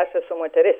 aš esu moteris